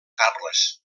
carles